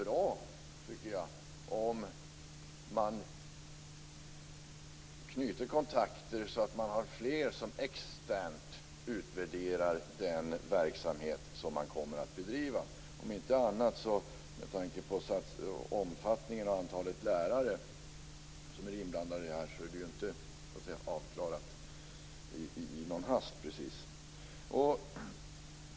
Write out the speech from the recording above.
Jag tycker att det är bra om kontakter har knutits så att fler externt kan utvärdera den verksamhet som kommer att bedrivas. Med tanke på det antal lärare som är inblandade är det inte precis avklarat i en hast.